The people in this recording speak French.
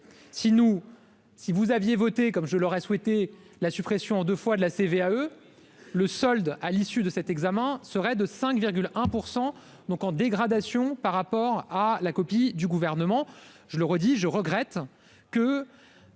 si nous si vous aviez voté comme je l'aurais souhaité la suppression en deux fois de la CVAE le solde à l'issue de cet examen serait de 5 virgule 1 % donc en dégradation par rapport à la copie du gouvernement, je le redis, je regrette que.